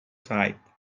type